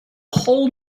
whole